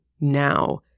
now